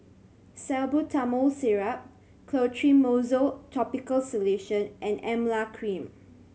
Salbutamol Syrup Clotrimozole Topical Solution and Emla Cream